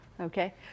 Okay